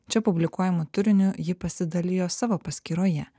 čia publikuojamu turiniu ji pasidalijo savo paskyroje